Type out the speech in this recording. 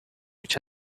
which